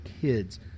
kids